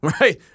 Right